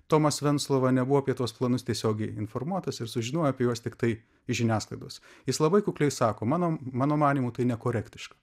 tomas venclova nebuvo apie tuos planus tiesiogiai informuotas ir sužinojo apie juos tiktai iš žiniasklaidos jis labai kukliai sako mano mano manymu tai nekorektiška